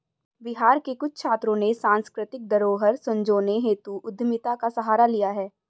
बिहार के कुछ छात्रों ने सांस्कृतिक धरोहर संजोने हेतु उद्यमिता का सहारा लिया है